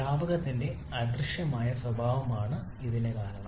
ദ്രാവകത്തിന്റെ അദൃശ്യമായ സ്വഭാവമാണ് ഇതിന് കാരണം